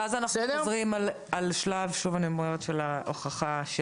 ואז אנחנו חוזרים על שלב ההוכחה של